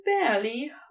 barely